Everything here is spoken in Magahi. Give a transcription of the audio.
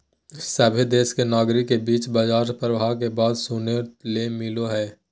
सभहे देश के नागरिक के बीच बाजार प्रभाव के बात सुने ले मिलो हय